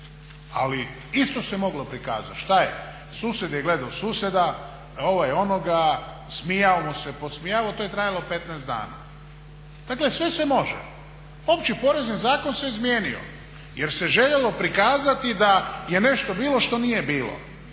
Ali isto se moglo prikazati. Što je? Susjed je gledao susjeda, ovaj onoga, smijao mu se, podsmijavao i to je trajalo 15 dana. Dakle, sve se može. Opći porezni zakon se izmijenio jer se željelo prikazati da je nešto bilo što nije bilo.